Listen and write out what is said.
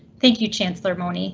thank you, chancellor mone.